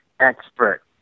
expert